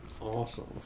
awesome